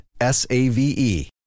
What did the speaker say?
S-A-V-E